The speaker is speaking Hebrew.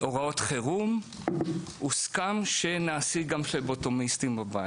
מהוראות חירום הוסכם שנעסיק גם פבלוטומיסטים בבית,